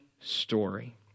story